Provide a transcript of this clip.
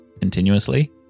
continuously